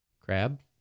Crab